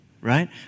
right